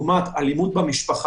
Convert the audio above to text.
לדוגמה בוועדת דותן,